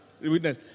witness